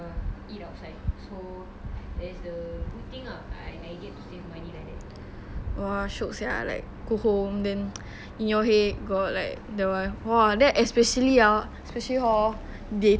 !wah! shiok sia like go home like in your head got like the !wah! especially hor they text you say what they cook !wah! you confirm anticipate then excited [one]